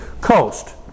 coast